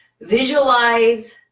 visualize